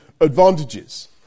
advantages